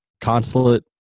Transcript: consulate